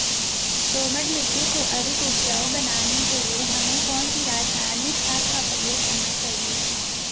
दोमट मिट्टी को अधिक उपजाऊ बनाने के लिए हमें कौन सी रासायनिक खाद का प्रयोग करना चाहिए?